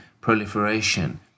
proliferation